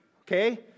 Okay